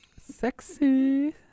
sexy